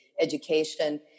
education